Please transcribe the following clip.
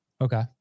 Okay